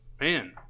Man